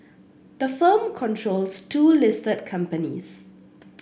the firm controls two listed companies